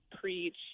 preach